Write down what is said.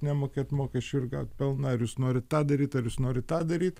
nemokėt mokesčių ir gaut pelną ar jūs norit tą daryt ar jūs norit tą daryt